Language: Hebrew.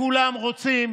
כולם רוצים